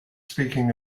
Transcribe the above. speaking